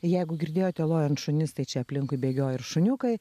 jeigu girdėjote lojant šunis tai čia aplinkui bėgioja ir šuniukai